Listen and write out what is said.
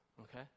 Okay